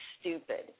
stupid